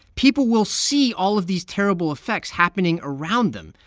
people will see all of these terrible effects happening around them.